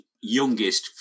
youngest